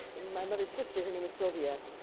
my mother's sister, her name was sylvia,